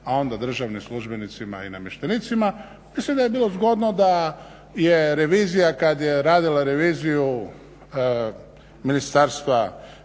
a onda državnim službenicima i namještenicima. Mislim da je bilo zgodno da je revizija kad je radila reviziju Ministarstva